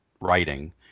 writing